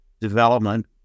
development